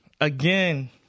again